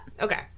Okay